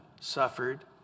Suffered